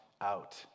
out